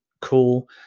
cool